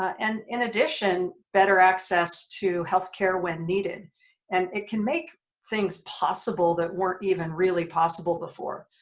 and in addition better access to health care when needed and it can make things possible that weren't even really possible before.